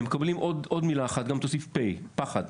הם מקבלים עוד מילה אחד, תוסיף פ', פחד.